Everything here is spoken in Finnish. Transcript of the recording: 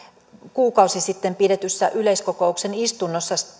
kuukausi sitten pidetyssä yleiskokouksen istunnossa